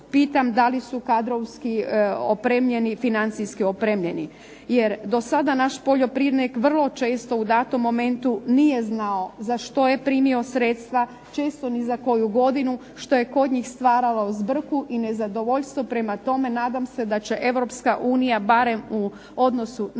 Pitam da li su kadrovski opremljeni, financijski opremljeni. Jer do sada naš poljoprivrednik vrlo često u datom momentu nije znao za što je primio sredstva, često ni za koju godinu što je kod njih stvaralo zbrku i nezadovoljstvo, prema tome, nadam se da će Europska unija barem u odnosu na